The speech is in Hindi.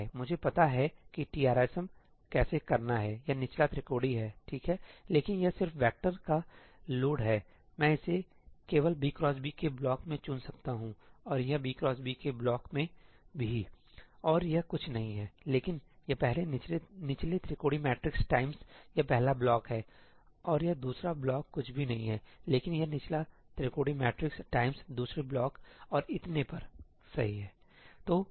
मुझे पता है कि TRSM कैसे करना है यह निचला त्रिकोणीय है ठीक है लेकिन यह सिर्फ वैक्टर का लोड हैमैं इसे केवल b x b के ब्लॉक में चुन सकता हूं और यह b x b के ब्लॉक में भीऔर यह कुछ नहीं है लेकिन यह पहले निचले त्रिकोणीय मैट्रिक्स टाइम्स यह पहला ब्लॉक हैऔर यह दूसरा ब्लॉक कुछ भी नहीं है लेकिन यह निचला त्रिकोणीय मैट्रिक्स टाइम्स दूसरे ब्लॉक और इतने पर सही है